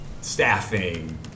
staffing